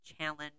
challenge